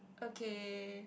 okay